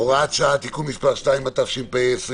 (הוראת שעה) (תיקון מס' 2), התשפ"א-2020.